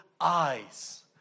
eyes